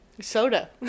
Soda